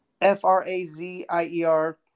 f-r-a-z-i-e-r